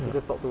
ya